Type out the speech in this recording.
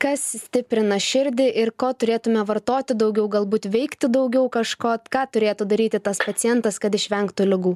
kas stiprina širdį ir ko turėtume vartoti daugiau galbūt veikti daugiau kažko ką turėtų daryti tas pacientas kad išvengtų ligų